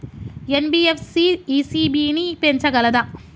NBFC ECB ని పెంచగలదా?